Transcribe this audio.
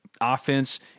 offense